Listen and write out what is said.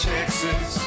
Texas